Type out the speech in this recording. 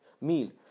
meal